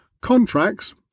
Contracts